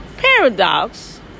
Paradox